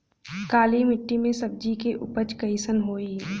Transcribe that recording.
काली मिट्टी में सब्जी के उपज कइसन होई?